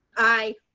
aye.